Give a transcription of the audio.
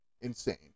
insane